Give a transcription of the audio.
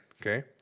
okay